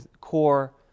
core